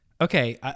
Okay